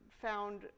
found